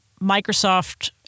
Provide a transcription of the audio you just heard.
Microsoft